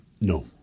no